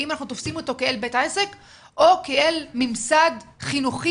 האם אנחנו תופסים אותו כבית עסק או כאל ממסד חינוכי